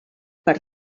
per